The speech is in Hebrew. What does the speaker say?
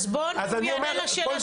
הוא יענה לשאלה של אוסאמה.